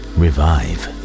revive